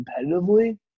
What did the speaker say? competitively